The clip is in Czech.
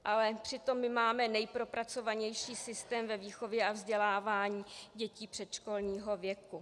Ale přitom my máme nejpropracovanější systém výchovy a vzdělávání dětí předškolního věku.